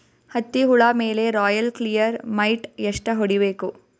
ಹತ್ತಿ ಹುಳ ಮೇಲೆ ರಾಯಲ್ ಕ್ಲಿಯರ್ ಮೈಟ್ ಎಷ್ಟ ಹೊಡಿಬೇಕು?